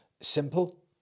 Simple